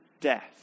death